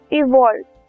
evolved